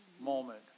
moment